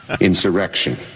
Insurrection